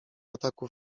ataku